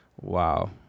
Wow